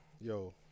Yo